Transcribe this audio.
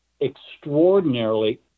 extraordinarily